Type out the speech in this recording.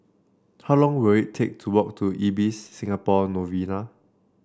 how long will it take to walk to Ibis Singapore Novena